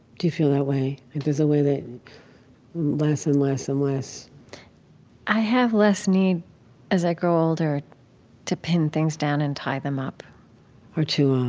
do you feel that way? like, there's a way that less and less and less i have less need as i grow older to pin things down and tie them up or to